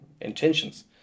intentions